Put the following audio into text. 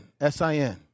S-I-N